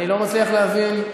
אני לא מצליח להבין.